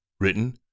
Written